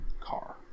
car